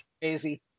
crazy